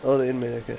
oh inmate okay